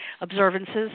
observances